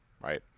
right